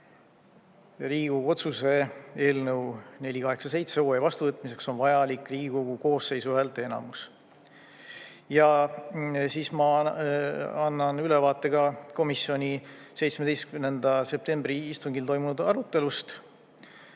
Riigikogu otsuse eelnõu 487 vastuvõtmiseks on vajalik Riigikogu koosseisu häälteenamus. Siis ma annan ülevaate ka komisjoni 17. septembri istungil toimunud arutelust.